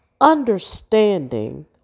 understanding